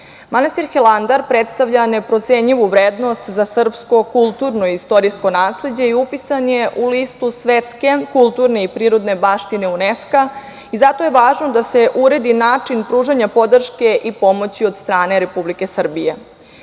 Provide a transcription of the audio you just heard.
Hilandar predstavlja neprocenjivu vrednost za srpsko kulturno i istorijsko nasleđe i upisan je u listu Svetske kulturne i prirodne baštine UNESKO i zato je važno da se uredi način pružanja podrške i pomoći od strane Republike Srbije.